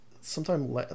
sometime